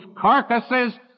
carcasses